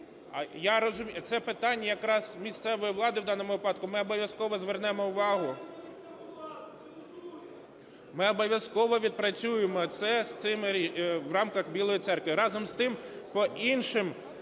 Це питання якраз місцевої влади в даному випадку, ми обов'язково звернемо увагу. Ми обов'язково відпрацюємо це в рамках Білої Церкви. Разом з тим, по інших